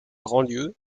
grandlieu